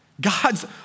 God's